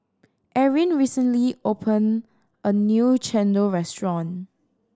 Erin recently opened a new chendol restaurant